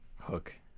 hook